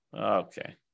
okay